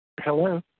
Hello